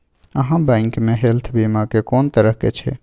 आहाँ बैंक मे हेल्थ बीमा के कोन तरह के छै?